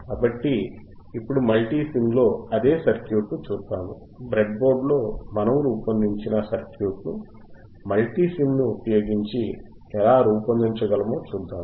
కాబట్టి ఇప్పుడు మల్టీసిమ్లో అదే సర్క్యూట్ను చూద్దాం బ్రెడ్బోర్డ్లో మనము రూపొందించిన సర్క్యూట్ను మల్టీసిమ్ని ఉపయోగించి ఎలా రూపొందించగలమో చూద్దాము